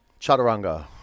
Chaturanga